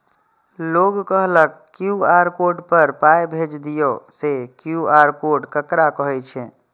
लोग कहलक QR code पर पाय भेज दियौ से क्यू.आर कोड ककरा कहै छै?